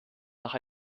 nach